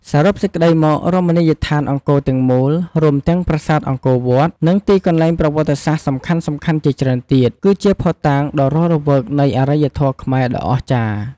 សរុបសេចក្តីមក រមណីយដ្ឋានអង្គរទាំងមូល រួមទាំងប្រាសាទអង្គរវត្ត និងទីកន្លែងប្រវត្តិសាស្ត្រសំខាន់ៗជាច្រើនទៀត គឺជាភស្តុតាងដ៏រស់រវើកនៃអរិយធម៌ខ្មែរដ៏អស្ចារ្យ។